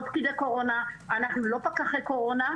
פקידי קורונה ואנחנו לא פקחי קורונה.